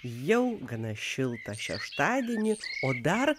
jau gana šiltą šeštadienį o dar